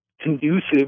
conducive